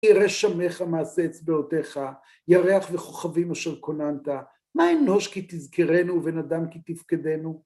ירא שמיך מעשה אצבעותיך, ירח וכוכבים אשר כוננת. מה אנוש כי תזכרנו ונדם כי תפקדנו?